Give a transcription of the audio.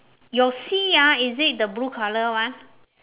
your sea ah is it the blue colour one